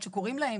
עד שקוראים להם,